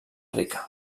rica